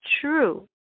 True